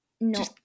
no